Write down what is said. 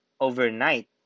overnight